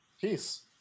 Peace